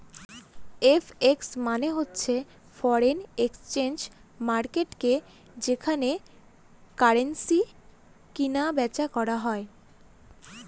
FX মানে হচ্ছে foreign exchange মার্কেটকে যেখানে কারেন্সি কিনা বেচা করা হয়